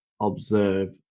observe